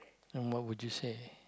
and what would you say